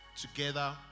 together